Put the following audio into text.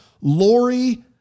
Lori